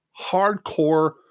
hardcore